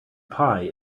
pie